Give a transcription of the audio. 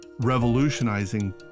revolutionizing